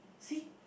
see